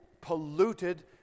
polluted